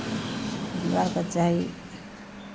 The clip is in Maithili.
हमरा आरकेँ चाही